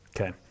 Okay